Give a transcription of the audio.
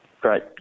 Great